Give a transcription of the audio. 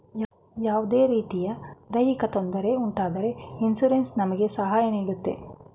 ಯಾವುದೇ ರೀತಿಯ ದೈಹಿಕ ತೊಂದರೆ ಉಂಟಾದರೆ ಇನ್ಸೂರೆನ್ಸ್ ನಮಗೆ ಸಹಾಯ ನೀಡುತ್ತೆ